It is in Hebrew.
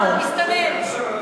הוא מסתנן.